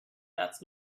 that’s